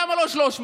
למה לא 300?